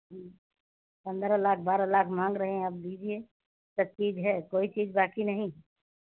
पन्द्रह लाख बारह लाख मांग रहे आप दीजिए सब चीज़ है कोई चीज़ बाकी नहीं